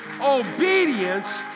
obedience